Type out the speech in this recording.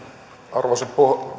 arvoisa